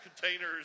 containers